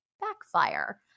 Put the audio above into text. backfire